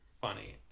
funny